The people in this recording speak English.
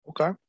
okay